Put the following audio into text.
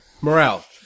Morale